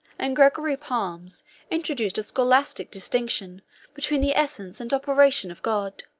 and gregory palamas introduced a scholastic distinction between the essence and operation of god.